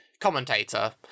commentator